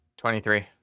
23